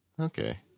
okay